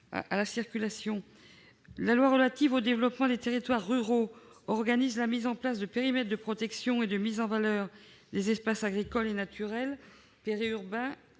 du 23 février 2005 relative au développement des territoires ruraux organise la mise en place de périmètres de protection et de mise en valeur des espaces agricoles et naturels périurbains.